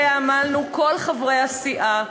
שעליה עמלו כל חברי הסיעה,